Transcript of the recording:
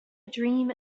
dream